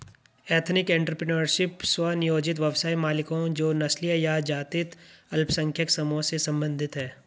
ethnic entrepreneurship, स्व नियोजित व्यवसाय मालिकों जो नस्लीय या जातीय अल्पसंख्यक समूहों से संबंधित हैं